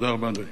תודה רבה.